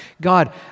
God